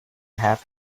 have